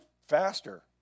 faster